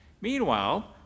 Meanwhile